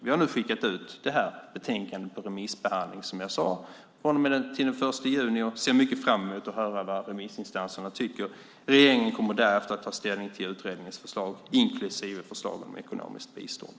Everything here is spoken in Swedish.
Vi har nu skickat ut det här betänkandet på remissbehandling, som jag sade, till och med den 6 juni, och vi ser mycket fram emot att höra vad remissinstanserna tycker. Regeringen kommer därefter att ta ställning till utredningens förslag inklusive förslag om ekonomiskt bistånd.